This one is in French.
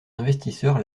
investisseurs